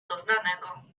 doznanego